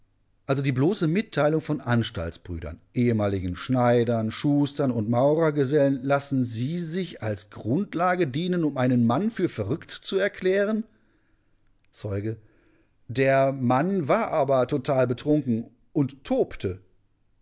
also die bloße mitteilung von anstaltsbrüdern ehemaligen schneidern schustern und maurergesellen lassen sie sich als grundlage dienen um einen mann für verrückt zu erklären zeuge der mann war aber total betrunken und tobte